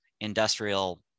industrial